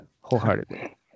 wholeheartedly